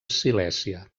silèsia